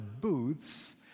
booths